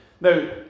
Now